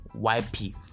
yp